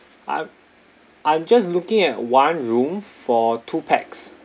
I'm~ I'm just looking at one room for two pax